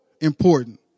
important